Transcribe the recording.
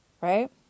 Right